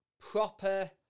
proper